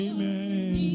Amen